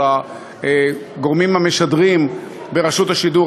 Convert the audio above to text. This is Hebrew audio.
על הגורמים המשדרים ברשות השידור,